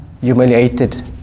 humiliated